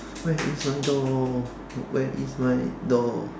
where is my door where is my door